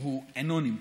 הוא אינו נמצא.